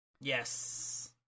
Yes